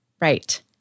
Right